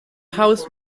house